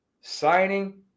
signing